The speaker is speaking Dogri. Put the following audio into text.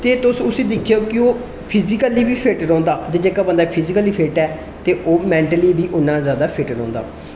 ते तुस उसी दिक्खेआ कि ओह् फिजिकली बी फिट रौंहदा ते जेहका बंदा फिजिकली फिट ऐ ते ओह् मेंटली बी उन्ना ज्यादा फिट रौंहदा